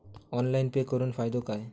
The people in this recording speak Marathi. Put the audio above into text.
ऑनलाइन पे करुन फायदो काय?